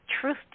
truth